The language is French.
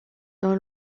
dans